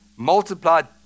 multiplied